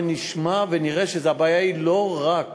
ונשמע ונראה שהבעיה היא לא רק